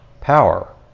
power